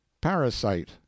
Parasite